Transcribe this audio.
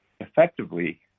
Effectively